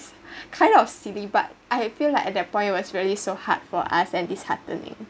kind of silly but I feel like at that point was really so hard for us and disheartening